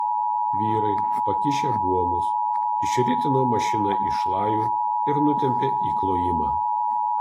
vyrai pakišę buomus išritino mašiną iš šlajų ir nutempė į klojimą